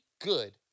good